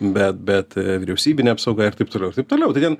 bet bet vyriausybinė apsauga ir taip toliau ir taip toliau todėl